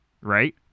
Right